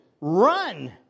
Run